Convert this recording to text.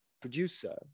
producer